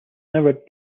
never